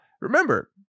remember